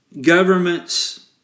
governments